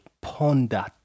ponder